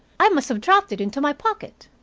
i must have dropped it into my pocket.